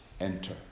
enter